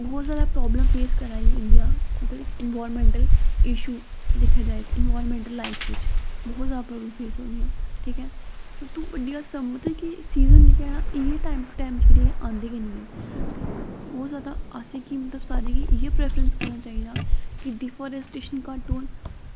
बहुत जादा problem face करा दी इंडियां मतलव इक इंवाईरनमैंटल इशू दिक्खेआ जाए ते इक इंवाईरनमैंटल लाईफ च बहुत जादा प्रॉवलम फेस होआ दियां ठीक ऐ सब ते बड्डियां सीज़न जेह्ड़े न एह् टाईम टू टाईम जेह्ड़े आंदे गै नी हैन ते बहुत जादा असें गी मतलव सारें गी प्रैफरैंस करना चाही दा कि डिफॉरैस्टेशन घट्ट होन